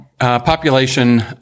Population